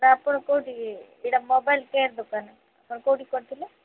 ଏଇଟା ଆପଣ କୋଉଠିକି ଏଇଟା ମୋବାଇଲ କେୟାର ଦୋକାନ ଆପଣ କୋଉଠିକି କରିଥିଲେ